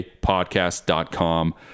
podcast.com